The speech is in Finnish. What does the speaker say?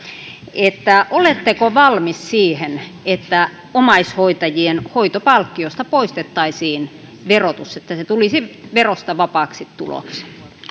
oletteko valmis siihen että omaishoitajien hoitopalkkiosta poistettaisiin verotus että se tulisi verosta vapaaksi tuloksi